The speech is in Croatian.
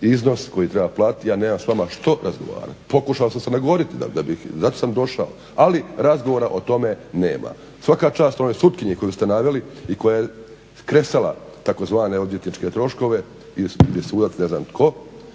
iznos koji treba platiti ja nemam s vama što razgovarati. Pokušao sam se nagoditi da bih, zato sam došao, ali razgovora o tome nema. Svaka čast onoj sutkinji koju ste naveli i koja je skresala tzv. odvjetničke troškove ili sudac ne znam tko,